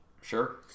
Sure